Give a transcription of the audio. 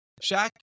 Shaq